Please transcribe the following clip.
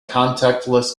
contactless